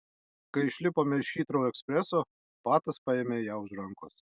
kai išlipome iš hitrou ekspreso patas paėmė ją už rankos